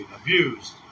abused